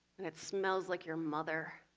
and it smells like your mother.